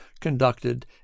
conducted